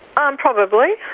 um, probably.